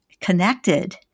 connected